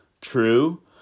True